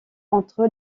entre